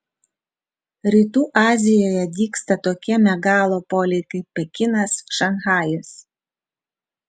rytų azijoje dygsta tokie megalopoliai kaip pekinas šanchajus